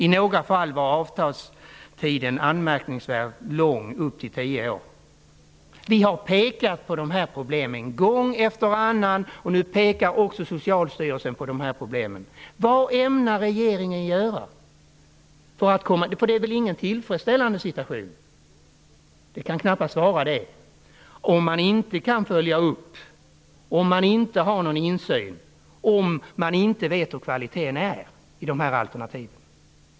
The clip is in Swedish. I några fall var avtalstiden anmärkningsvärt lång -- upp till 10 Vi har pekat på de här problemen gång efter annan. Nu pekar också Socialstyrelsen på dem. Vad ämnar regeringen göra? Det är väl ingen tillfredsställande situation? Det kan knappast vara det om man inte kan följa upp, om man inte har någon insyn och om man inte vet hur kvaliteten i dessa alternativ är.